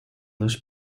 dos